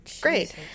great